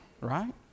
Right